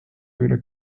üle